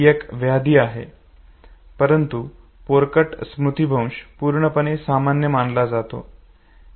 ही एक व्याधी आहे परंतु पोरकट स्मृतीभ्रंश पूर्णपणे सामान्य मानला जातो